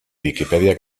viquipèdia